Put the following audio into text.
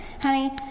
Honey